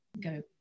go